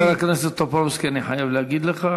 חבר הכנסת טופורובסקי, אני חייב להגיד לך